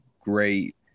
great